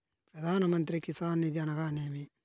ప్రధాన మంత్రి కిసాన్ నిధి అనగా నేమి?